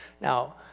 Now